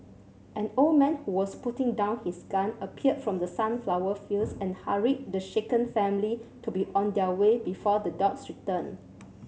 an old man who was putting down his gun appeared from the sunflower fields and hurried the shaken family to be on their way before the dogs return